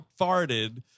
farted